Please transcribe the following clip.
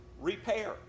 repair